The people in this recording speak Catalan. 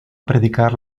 predicar